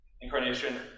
Incarnation